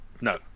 No